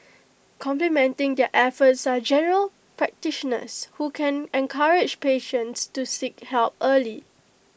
complementing their efforts are general practitioners who can encourage patients to seek help early